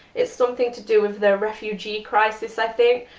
it's something to do with the refugee crisis. i think.